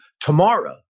tomorrow